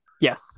Yes